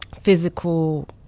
physical